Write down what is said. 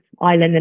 island